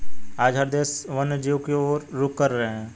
आज हर देश वन्य जीवों की और रुख कर रहे हैं